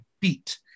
beat